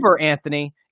anthony